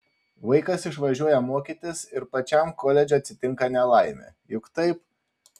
vaikas išvažiuoja mokytis ir pačiam koledže atsitinka nelaimė juk taip